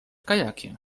kajakiem